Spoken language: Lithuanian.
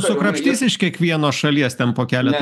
sukrapštys iš kiekvienos šalies ten po keletą